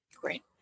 Great